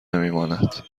نمیماند